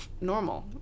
normal